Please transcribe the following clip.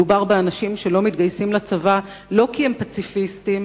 מדובר באנשים שלא מתגייסים לצבא לא כי הם פציפיסטים